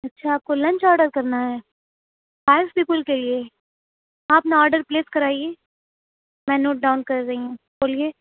اچھا آپ کو لنچ آڈر کرنا ہے فائیو پیپل کے لیے اپنا آڈر پلیس کرائیے میں نوٹ ڈاؤن کر رہی ہوں بولیے